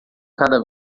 cada